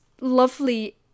lovely